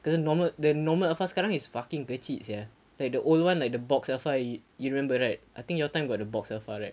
cause the normal the normal alpha sekarang is fucking kecil sia like the old one like the box alpha you you remember right I think your time got the box alpha right